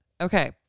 Okay